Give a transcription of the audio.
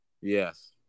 Yes